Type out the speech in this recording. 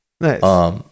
Nice